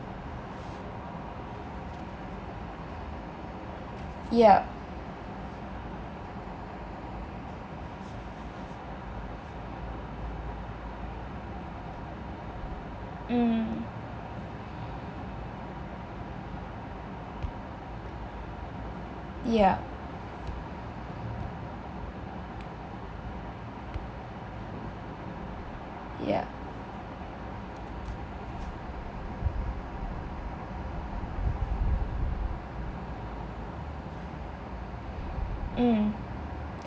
yup mm yeah yeah mm